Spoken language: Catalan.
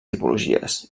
tipologies